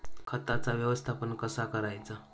खताचा व्यवस्थापन कसा करायचा?